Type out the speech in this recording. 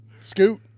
Scoot